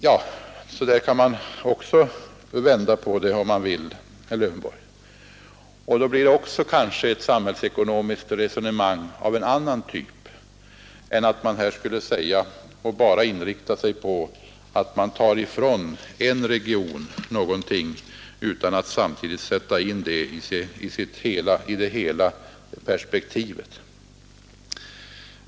Ja, så där kan man vända på saken om man vill, herr Lövenborg. Då blir det kanske ett samhällsekonomiskt resonemang av en annan typ än om man bara inriktar sig på att en region tas ifrån någonting, utan att samtidigt sätta in det i hela perspektivet.